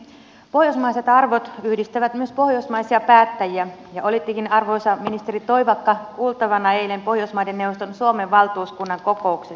pohjoismaiset arvot yhdistävät myös pohjoismaisia päättäjiä ja olittekin arvoisa ministeri toivakka kuultavana eilen pohjoismaiden neuvoston suomen valtuuskunnan kokouksessa